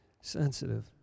sensitive